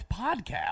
podcast